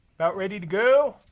about ready to go?